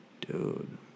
Dude